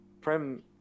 Prem